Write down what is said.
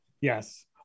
Yes